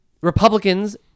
Republicans